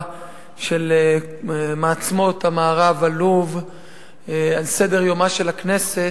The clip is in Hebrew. של מעצמות המערב על לוב על סדר-יומה של הכנסת,